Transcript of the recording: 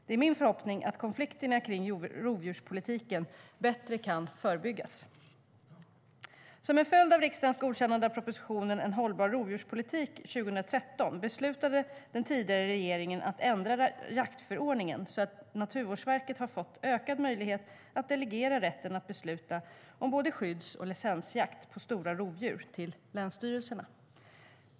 Det är min förhoppning att konflikterna kring rovdjurspolitiken kan förebyggas bättre. 2013 beslutade den tidigare regeringen att ändra jaktförordningen så att Naturvårdsverket har fått ökad möjlighet att delegera rätten att fatta beslut om både skydds och licensjakt på stora rovdjur till länsstyrelserna.